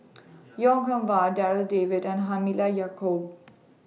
Goh Eng Wah Darryl David and Halimah Yacob